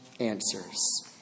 Answers